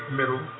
middle